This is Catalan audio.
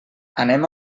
anem